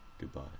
Goodbye